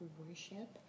worship